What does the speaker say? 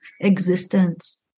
existence